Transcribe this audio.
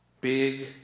big